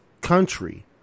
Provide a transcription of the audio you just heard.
country